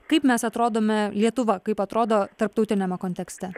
kaip mes atrodome lietuva kaip atrodo tarptautiniame kontekste